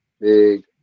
big